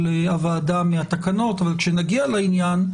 הוועדה מהתקנות אבל כאשר נגיע לעניין,